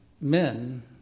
men